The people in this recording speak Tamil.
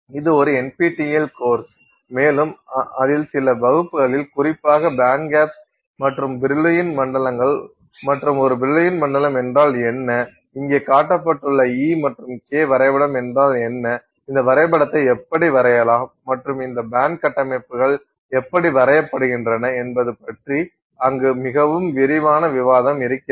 இது ஒரு NPTEL கோர்ஸ் மேலும் அதில் சில வகுப்புகளில் குறிப்பாக பேண்ட்கேப்ஸ் மற்றும் பிரில்லூயின் மண்டலங்கள் மற்றும் ஒரு பிரில்லூயின் மண்டலம் என்றால் என்ன இங்கே காட்டப்பட்டுள்ள E மற்றும் k வரைபடம் என்றால் என்ன இந்த வரைபடத்தை எப்படி வரையலாம் மற்றும் இந்த பேண்ட் கட்டமைப்புகள் எப்படி வரையப்படுகின்றன என்பது பற்றி அங்கு மிகவும் விரிவான விவாதம் இருக்கிறது